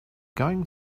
going